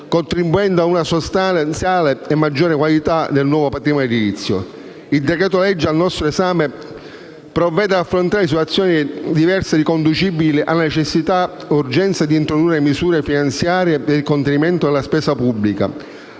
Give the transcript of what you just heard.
contribuendo in modo sostanziale alla maggiore qualità del nuovo patrimonio edilizio. Il decreto-legge al nostro esame provvede ad affrontare situazioni diverse riconducibili alla necessità e urgenza di introdurre misure finanziarie e per il contenimento della spesa pubblica;